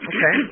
Okay